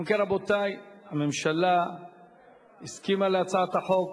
אם כן, רבותי, הממשלה הסכימה להצעת החוק.